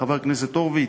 חבר הכנסת הורוביץ?